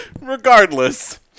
Regardless